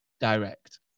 direct